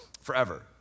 forever